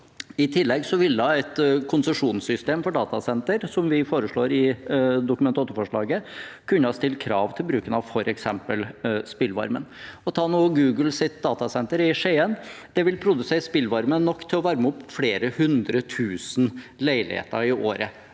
I tillegg ville et konsesjonssystem for datasentre, som vi foreslår i Dokument 8-forslaget, kunne ha stilt krav til bruken av f.eks. spillvarme. Ta Googles datasenter i Skien: Det vil produsere spillvarme nok til å varme opp flere hundre tusen leiligheter i året,